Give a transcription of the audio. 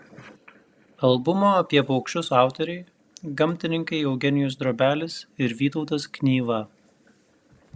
albumo apie paukščius autoriai gamtininkai eugenijus drobelis ir vytautas knyva